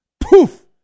Poof